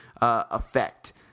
effect